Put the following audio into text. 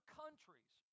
countries